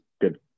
good